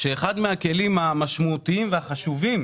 שאחד מהכלים המשמעותיים והחשובים